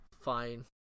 fine